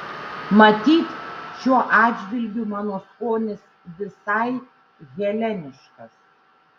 matyt šiuo atžvilgiu mano skonis visai heleniškas